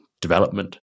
development